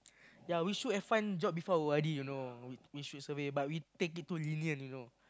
ya we should have find job before O_R_D you know we we should survey but we take it too lenient you know